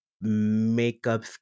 makeup